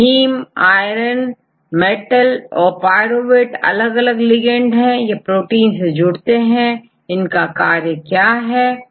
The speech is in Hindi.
हीमआयरन मेटल और पायरोवेट आदि लिगेंड जो प्रोटीन से जोड़ते हैं का विस्तार से मालूम हो जाएगा